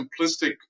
simplistic